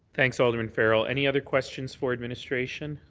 thanks, alderman farrell. any other questions for administration?